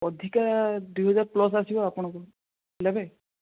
ଅଧିକା ଦୁଇହଜାର ପ୍ଲସ୍ ଆସିବ ଆପଣଙ୍କୁ ନେବେ